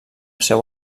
seu